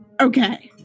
Okay